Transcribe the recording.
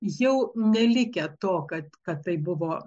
jau nelikę to kad kad tai buvo